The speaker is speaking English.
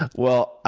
ah well,